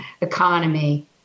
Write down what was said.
economy